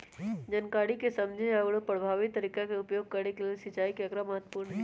जनकारी के समझे आउरो परभावी तरीका के उपयोग करे के लेल सिंचाई के आकड़ा महत्पूर्ण हई